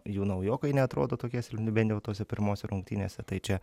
jų naujokai neatrodo tokie silpni bent jau tose pirmose rungtynėse tai čia